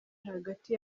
hagati